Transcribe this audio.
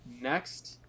Next